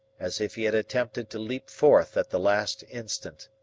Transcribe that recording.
as if he had attempted to leap forth at the last instant.